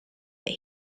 that